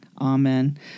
Amen